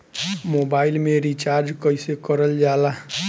Mobile में recharge कइसे करल जाला?